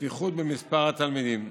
ופיחות במספר התלמידים.